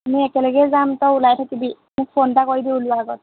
আমি একেলগে যাম তই ওলাই থাকিবি মোক ফোন এটা কৰিবি ওলোৱা আগত